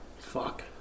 Fuck